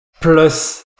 plus